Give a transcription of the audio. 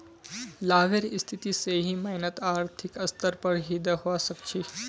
लाभेर स्थिति सही मायनत आर्थिक स्तर पर ही दखवा सक छी